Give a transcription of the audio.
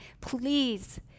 Please